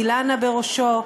אילנה בראשו,